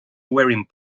wearing